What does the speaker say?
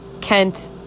Kent